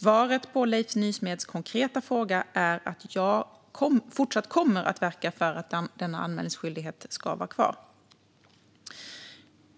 Svaret på Leif Nysmeds konkreta fråga är att jag fortsatt kommer att verka för att denna anmälningsskyldighet ska vara kvar.